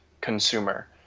consumer